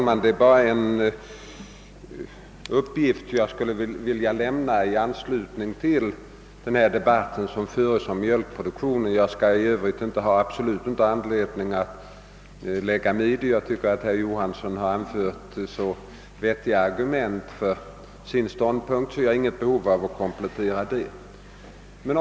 Herr talman! I anslutning till den debatt som nu förs om mjölkproduktionen skulle jag vilja lämna en enda uppgift. Jag har i övrigt ingen anledning att lägga mig i debatten. Jag tycker att herr Johanson i Västervik har anfört så vettiga argument för sin ståndpunkt, att jag inte har något behov av att komplettera vad han har sagt.